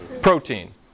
protein